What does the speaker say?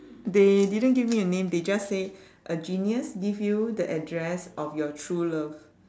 they didn't give me a name they just say a genius give you the address of your true love